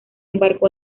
embarcó